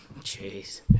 Jeez